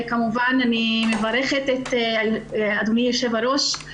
וכמובן אני מברכת את אדוני היושב-ראש.